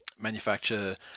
manufacture